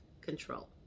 control